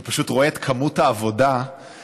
אתה פשוט רואה את כמות העבודה שנעשית